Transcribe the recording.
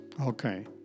okay